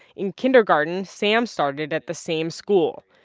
in kindergarten, sam started at the same school.